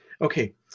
Okay